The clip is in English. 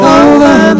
over